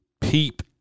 peep